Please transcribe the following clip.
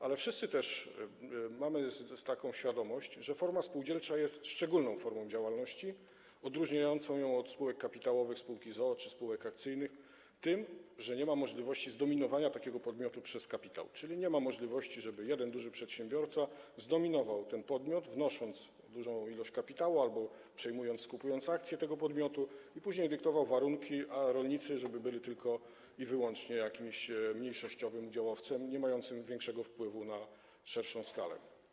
Ale wszyscy też mamy świadomość, że działalność spółdzielcza jest szczególną formą działalności, odróżniającą się od działalności spółek kapitałowych, spółek z o.o. czy spółek akcyjnych, tym, że nie ma możliwości zdominowania takiego podmiotu przez kapitał, czyli nie ma możliwości, żeby jeden duży przedsiębiorca zdominował taki podmiot, wnosząc dużą ilość kapitału albo przejmując, skupując akcje tego podmiotu, i później dyktował warunki, a rolnicy żeby byli tylko i wyłącznie jakimś mniejszościowym udziałowcem niemającym większego wpływu na szerszą skalę.